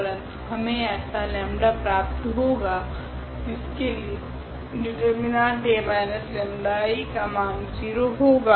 परंतु हमे ऐसा लेम्डा 𝜆 प्राप्त होगा जिसके लिए डिटर्मिनेंट 𝐴−𝜆𝐼 का मान 0 होगा